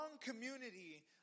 community